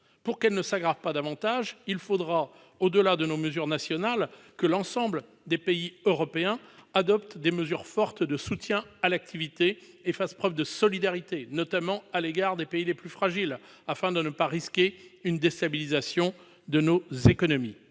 Pour qu'elle ne s'aggrave pas davantage, il faudra, au-delà de nos mesures nationales, que l'ensemble des pays européens adoptent des dispositifs forts de soutien à l'activité et fassent preuve de solidarité, notamment à l'égard des pays les plus fragiles, afin de ne pas risquer une déstabilisation de nos économies.